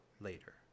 later